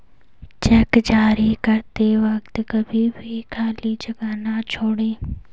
check जारी करते वक्त कभी भी खाली जगह न छोड़ें